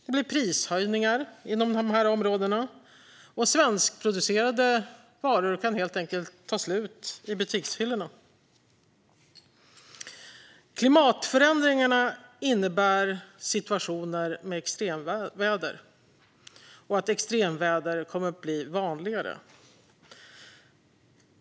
Det blir prishöjningar inom de områdena. Svenskproducerade varor kan helt enkelt ta slut i butikshyllorna. Klimatförändringarna innebär att situationer med extremväder kommer att bli vanligare.